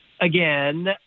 again